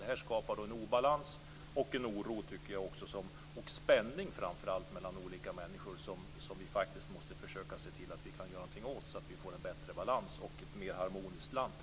Detta skapar en obalans, en oro och framför allt en spänning mellan olika människor som vi får försöka att göra något åt, så att vi får en bättre balans och ett mer harmoniskt land.